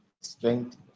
strength